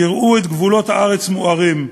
יראו את גבולות הארץ מוארים,